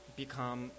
become